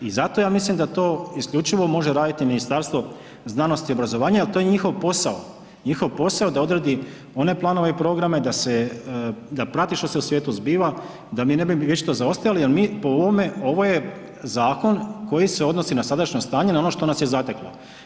I zato ja mislim da to isključivo može raditi Ministarstvo znanosti i obrazovanja jer to je njihov posao, njihov posao je da odredi one planove i programe da prati što se u svijetu zbiva, da mi ne bi vječito zaostajali, jel mi po ovome, ovo je zakon koji se odnosi na sadašnje stanje na ono što nas je zateklo.